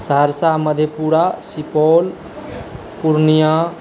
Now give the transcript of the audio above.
Saharsa Madhepura Supaul Purnia